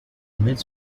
mills